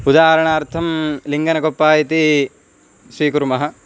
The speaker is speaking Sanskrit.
उदारणार्थं लिङ्गनगोप्पा इति स्वीकुर्मः